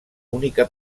única